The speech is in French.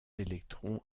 électron